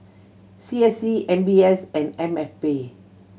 C S C M B S and M F B